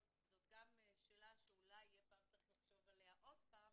זו גם שאלה שאולי יהיה פעם צריך לחשוב עליה עוד פעם,